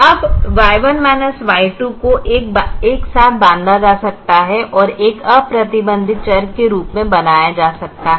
अब Y1 Y2 को एक साथ बांधा जा सकता है और एक अप्रतिबंधित चर के रूप में बनाया जा सकता है